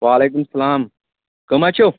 وعلیکُم السَلام کَم حظ چھِو